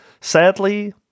Sadly